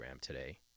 today